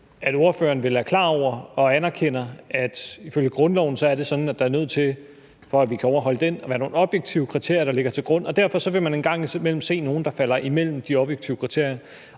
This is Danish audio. Men ordføreren er vel klar over og anerkender, at der, for at vi kan overholde grundloven, er nødt til at være nogle objektive kriterier, der ligger til grund. Derfor vil man en gang imellem se nogle, der falder imellem de objektive kriterier.